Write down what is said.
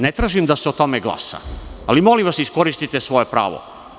Ne tražim da se o tome glasa, ali molim vas, iskoristite svoje pravo.